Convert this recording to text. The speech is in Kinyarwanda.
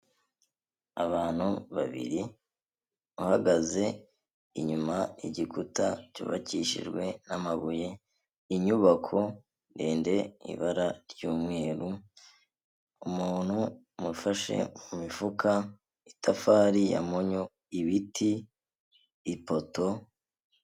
Abantu babiri, uhagaze inyuma, igikuta cyubakishijwe n'amabuye, inyubako ndende ibara ry'umweru, umuntu ufashe mu mifuka, itafari ya monyo, ibiti, ipoto,...